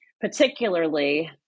particularly